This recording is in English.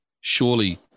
surely